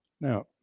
Now